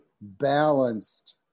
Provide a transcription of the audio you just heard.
balanced